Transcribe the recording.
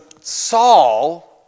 Saul